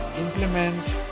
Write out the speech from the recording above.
implement